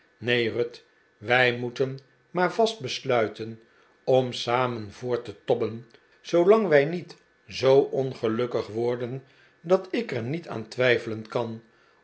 neen ruth wij moeten maar vast besluiten om samen voort te tobben zoolang wij niet zoo ongelukkig worden dat ik er niet aan twijfelen kan